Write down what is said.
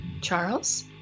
Charles